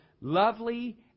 lovely